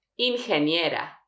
Ingeniera